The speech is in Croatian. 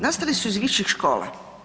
Nastali su iz viših škola.